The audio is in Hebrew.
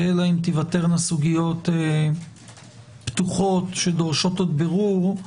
ואלא אם תיוותרנה סוגיות פתוחות שדורשות עוד בירור,